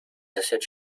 assiettes